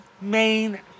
main